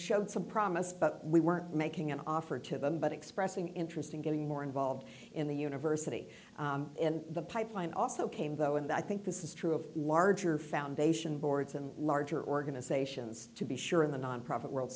showed some promise but we weren't making an offer to them but expressing interest in getting more involved in the university and the pipeline also came though and i think this is true of larger foundation boards and larger organizations to be sure in the nonprofit world